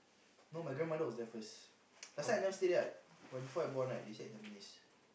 no my grandmother was there first last time I never stay there what when before I born right they stayed in Tampines